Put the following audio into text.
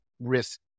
risk